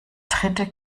dritte